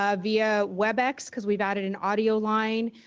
ah via webex because we've added an audio line.